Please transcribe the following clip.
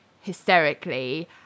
hysterically